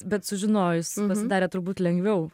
bet sužinojus pasidarė turbūt lengviau